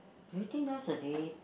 do you think nowadays